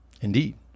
Indeed